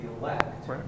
elect